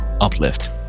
uplift